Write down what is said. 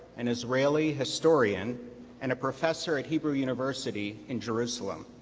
an israeli historian and a professor at hebrew university in jerusalem.